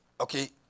Okay